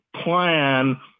plan